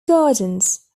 gardens